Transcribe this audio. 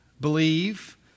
believe